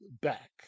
back